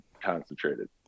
concentrated